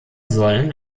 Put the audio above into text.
sollen